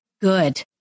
good